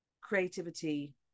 creativity